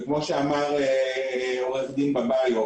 וכפי שאמר עו"ד בביוף